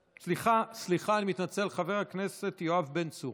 סליחה, סליחה, אני מתנצל, חבר הכנסת יואב בן צור.